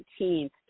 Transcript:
17th